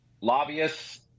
lobbyists